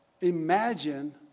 imagine